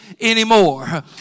anymore